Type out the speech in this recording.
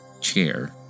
chair